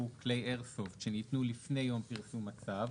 כלי איירסופט שניתנו לפני יום פרסום הצו,